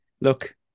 Look